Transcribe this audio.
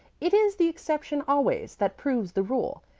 it is the exception always that proves the rule,